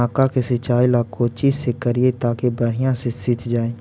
मक्का के सिंचाई ला कोची से करिए ताकी बढ़िया से सींच जाय?